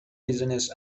business